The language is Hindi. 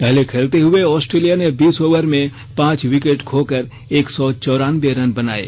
पहले खेलते हुए ऑस्ट्रेलिया ने बीस ओवर में पांच विकेट खोकर एक सौ चौरानवे रन बनाये